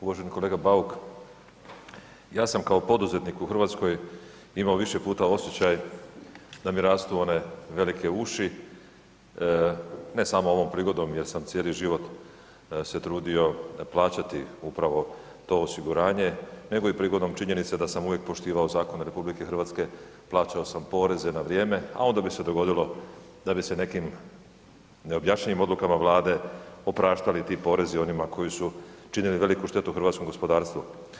Uvaženi kolega Bauk, ja sam kao poduzetnik u Hrvatskoj imao više puta osjećaj da mi rastu one velike uši, ne samo ovom prigodom jer sam cijeli život se trudio plaćati upravo to osiguranje, nego i prigodom činjenica da sam uvijek poštivao zakone RH, plaćao sam poreze na vrijeme, a onda bi se dogodilo da bi se nekim neobjašnjivim odlukama Vlade opraštali ti porezi, onima koji su činili veliku štetu hrvatskom gospodarstvu.